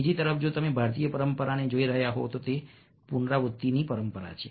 બીજી તરફ જો તમે ભારતીય પરંપરાને જોઈ રહ્યા હોવ તો તે પુનરાવૃત્તિની પરંપરા છે